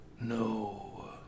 No